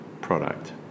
product